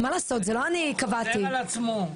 מה לעשות?